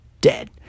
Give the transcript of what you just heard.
dead